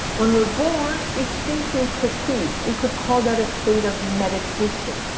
when we're born we simply perceive. we could call that a state of meditation.